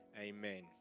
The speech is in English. amen